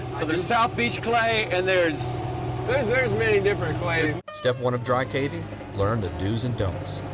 there's south beach clay and there's there's many different clays step one of dry capes learn the do's and don'ts